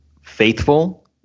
faithful